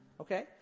Okay